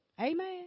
Amen